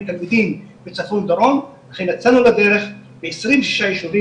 תלמידים בין צפון דרום ויצאנו לדרך ב-26 יישובים